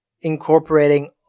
incorporating